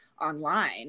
online